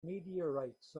meteorites